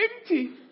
empty